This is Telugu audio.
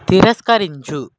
తిరస్కరించు